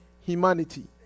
humanity